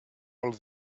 all